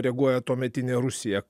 reaguoja tuometinė rusija